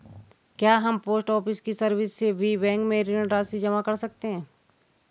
क्या हम post office की सर्विस से भी बैंक में ऋण राशि जमा कर सकते हैं?